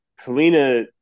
Kalina